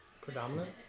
Predominant